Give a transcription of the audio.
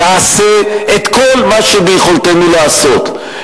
נעשה את כל מה שביכולתנו לעשות,